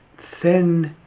thin